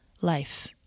life